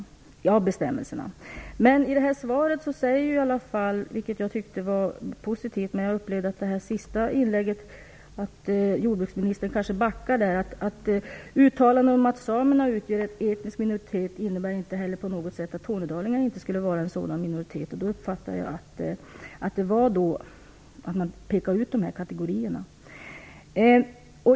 Jag upplevde att jordbruksministern i det senaste inlägget kanske backade litet grand. Men i svaret säger jordbruksministern, vilket jag tyckte var positivt: Uttalanden om att samerna utgör en etnisk minoritet innebär inte heller på något sätt att tornedalingarna inte skulle vara en sådan minoritet. Jag uppfattade att jordbruksministern pekade ut dessa kategorier.